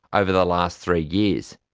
over the last three years.